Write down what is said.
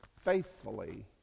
faithfully